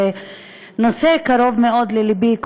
זה נושא קרוב מאוד ללבי,